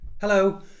Hello